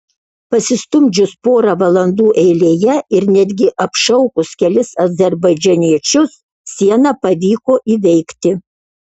pasistumdžius porą valandų eilėje ir netgi apšaukus kelis azerbaidžaniečius sieną pavyko įveikti